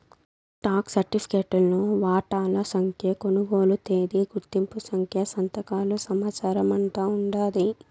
stock సరిఫికెట్లో వాటాల సంఖ్య, కొనుగోలు తేదీ, గుర్తింపు సంఖ్య, సంతకాల సమాచారమంతా ఉండాది